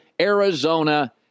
Arizona